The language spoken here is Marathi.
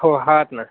हो हात नं